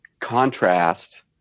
contrast